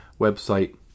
website